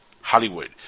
Hollywood